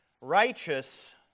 righteous